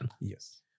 Yes